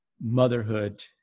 motherhood